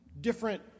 different